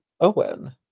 Owen